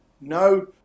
no